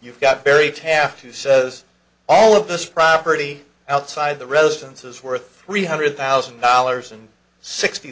you've got barry taft who says all of this property outside the residence is worth three hundred thousand dollars and sixty